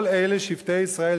'כל אלה שבטי ישראל,